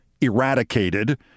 eradicated